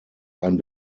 ein